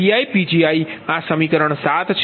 તેથીCTi1mCiPgi આ સમીકરણ 7 છે